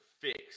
fix